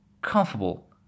COMFORTABLE